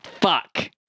fuck